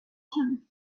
him